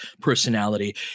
personality